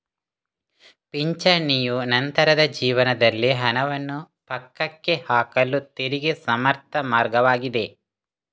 ಪಿಂಚಣಿಯು ನಂತರದ ಜೀವನದಲ್ಲಿ ಹಣವನ್ನು ಪಕ್ಕಕ್ಕೆ ಹಾಕಲು ತೆರಿಗೆ ಸಮರ್ಥ ಮಾರ್ಗವಾಗಿದೆ